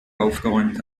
aufgeräumt